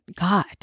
God